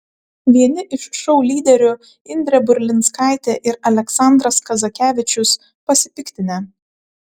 vieni iš šou lyderių indrė burlinskaitė ir aleksandras kazakevičius pasipiktinę